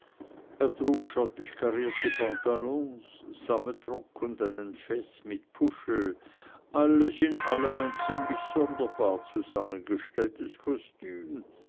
er trug schottischkarierte pantalons sammetrock und einen fez mit puschel alles in allem ein ziemlich sonderbar zusammengestelltes kostüm